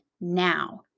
now